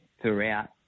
throughout